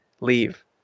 leave